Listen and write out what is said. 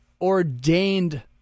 ordained